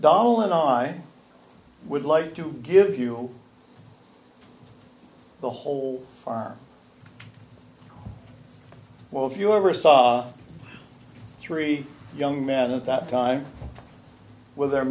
doll and i would like to give you the whole farm well if you ever saw three young men at that time with their